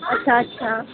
अच्छा अच्छा